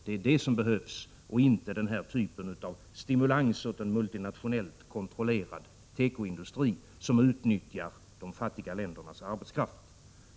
Det är det som behövs, inte en stimulans till multinationellt kontrollerad tekoindustri, som utnyttjar de fattiga ländernas arbetskraft.